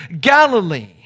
Galilee